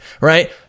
right